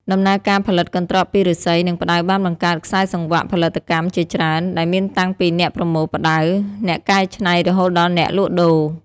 ដំណើរការផលិតកន្ត្រកពីឫស្សី និងផ្តៅបានបង្កើតខ្សែសង្វាក់ផលិតកម្មជាច្រើន ដែលមានតាំងពីអ្នកប្រមូលផ្តៅ អ្នកកែច្នៃរហូតដល់អ្នកលក់ដូរ។